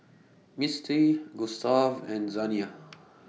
Mistie Gustav and Zaniyah